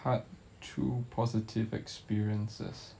part two positive experiences